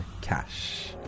cash